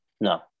No